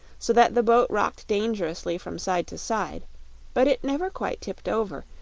so that the boat rocked dangerously from side to side but it never quite tipped over,